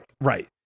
Right